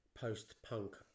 post-punk